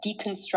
deconstruct